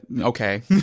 okay